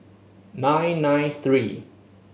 nine nine three